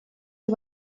you